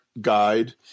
guide